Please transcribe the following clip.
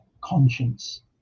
conscience